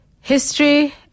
History